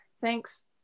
thanks